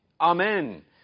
Amen